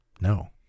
no